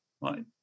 right